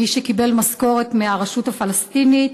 מי שקיבל משכורת מהרשות הפלסטינית.